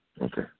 Okay